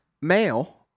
male